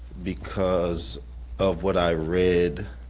because of what i read,